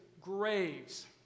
graves